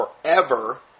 forever